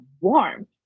warm